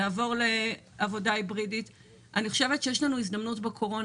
הרבה מאוד חברות בקורונה,